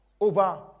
over